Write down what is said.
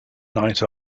night